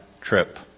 trip